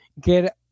Get